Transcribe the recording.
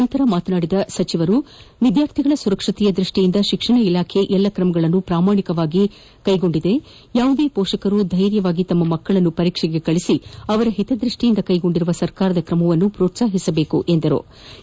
ಬಳಿಕ ಮಾತನಾದಿದ ಸುರೇಶ್ ಕುಮಾರ್ ವಿದ್ಯಾರ್ಥಿಗಳ ಸುರಕ್ಷತೆಯ ದೃಷ್ಟಿಯಿಂದ ಶಿಕ್ಷಣ ಇಲಾಖೆ ಎಲ್ಲ ಕ್ರಮಗಳನ್ನು ಪ್ರಾಮಾಣಿಕವಾಗಿ ಅನುಸರಿಸಿದ್ದು ಯಾವುದೇ ಪೋಷಕರು ಧೈರ್ಯದಿಂದ ತಮ್ಮ ಮಕ್ಕಳನ್ನು ಪರೀಕ್ಷೆಗೆ ಕಳುಹಿಸಿ ಅವರ ಹಿತದೃಷ್ಟಿಯಿಂದ ಕೈಗೊಂಡಿರುವ ಸರ್ಕಾರದ ಕ್ರಮವನ್ನು ಪ್ರೋತ್ಸಾಹಿಸಬೇಕೆಂದರು